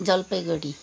Jalpaiguri